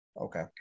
okay